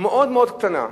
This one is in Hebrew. מאוד מאוד קטנה,